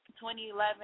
2011